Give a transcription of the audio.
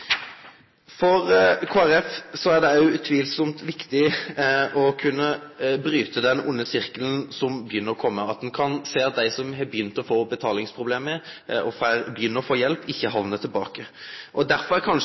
For Kristeleg Folkeparti er det òg opplagt viktig å kunne bryte den onde sirkelen i begynninga, at ein kan sjå at dei som har begynt å få betalingsproblem, kan få hjelp og ikkje hamnar tilbake i den onde sirkelen. Derfor er kanskje